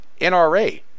NRA